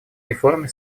реформе